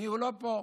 הוא לא פה.